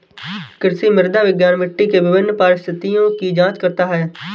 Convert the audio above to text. कृषि मृदा विज्ञान मिट्टी के विभिन्न परिस्थितियों की जांच करता है